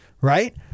right